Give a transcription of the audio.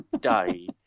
day